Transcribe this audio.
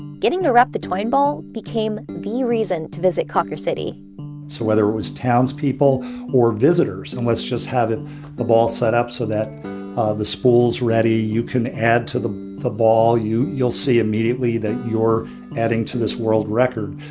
getting to wrap the twine ball became the reason to visit cawker city so whether it was townspeople or visitors, and let's just have the ball set up so that the spool's ready. you can add to the the ball. you'll see immediately that you're adding to this world record.